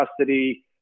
custody